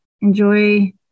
Enjoy